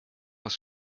was